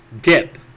Dip